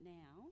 now